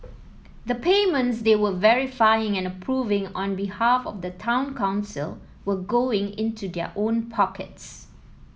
the payments they were verifying and approving on behalf of the town council were going into their own pockets